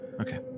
Okay